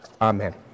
amen